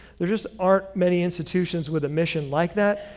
there just aren't many institutions with a mission like that,